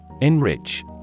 Enrich